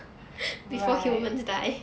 right